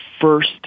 first